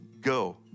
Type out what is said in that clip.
go